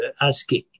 asking